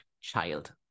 child